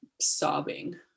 sobbing